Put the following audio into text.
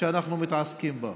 שאנחנו מתעסקים בה.